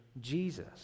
Jesus